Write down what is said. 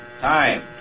Time